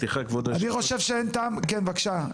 אני חושב שאין טעם, כן, בבקשה.